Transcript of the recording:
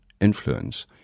influence